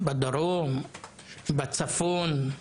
בדרום, בצפון,